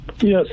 Yes